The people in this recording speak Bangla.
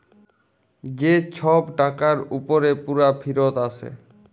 যে ছব টাকার উপরে পুরা ফিরত আসে